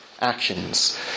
actions